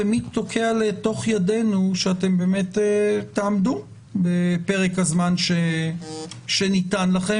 ומי תוקע לתוך ידינו שאתם תעמדו בפרק הזמן שניתן לכם